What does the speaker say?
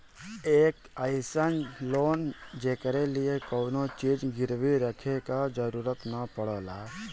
एक अइसन लोन जेकरे लिए कउनो चीज गिरवी रखे क जरुरत न पड़ला